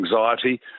anxiety